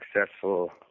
successful